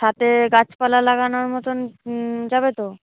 ছাতে গাছপালা লাগানোর মতো যাবে তো